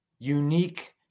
unique